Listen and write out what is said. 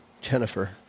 Jennifer